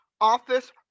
office